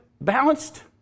balanced